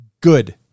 Good